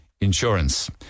insurance